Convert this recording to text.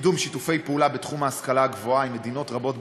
לקידום שיתופי פעולה בתחום ההשכלה הגבוהה עם מדינות רבות בעולם,